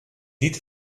did